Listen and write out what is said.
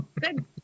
Good